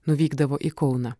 nuvykdavo į kauną